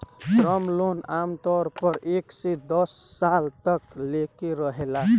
term loan आमतौर पर एक से दस साल तक लेके रहेला